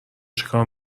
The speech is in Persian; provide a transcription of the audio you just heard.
چیکار